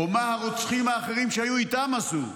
ומה הרוצחים האחרים שהיו איתם עשו.